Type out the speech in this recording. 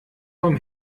vom